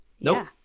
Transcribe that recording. Nope